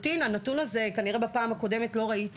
הנתון הזה כנראה שבפעם הקודמת לא ראיתי